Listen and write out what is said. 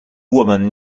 woman